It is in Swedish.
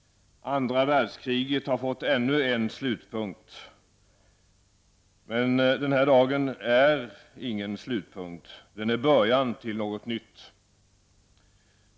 Andra världskriget har fått ännu en slutpunkt. Men den här dagen är ingen slutpunkt -- den är början till något nytt.